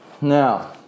Now